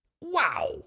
Wow